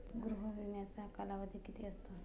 गृह विम्याचा कालावधी किती असतो?